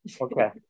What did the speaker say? Okay